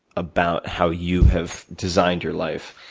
about how you have designed your life.